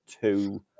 two